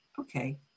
okay